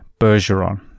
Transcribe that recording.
Bergeron